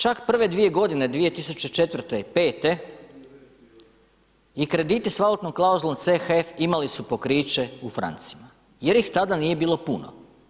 Čak prve dvije godine, 2004. i 2005. i krediti s valutnom klauzulom CHF imali su pokriće u francima jer ih tada nije bilo puno.